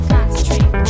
Concentrate